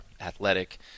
athletic